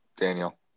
Daniel